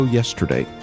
yesterday